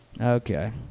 Okay